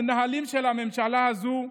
המנהלים של הממשלה הזאת,